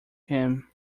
him